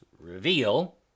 reveal